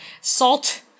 salt